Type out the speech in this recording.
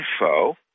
info